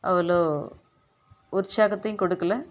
அவ்வளோ உற்சாகத்தையும் கொடுக்கலை